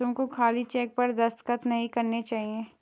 तुमको खाली चेक पर दस्तखत नहीं करने चाहिए